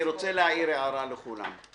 גברתי המנכ"לית, אני רוצה להעיר הערה לכולם.